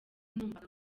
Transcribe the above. numvaga